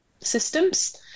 systems